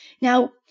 Now